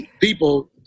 people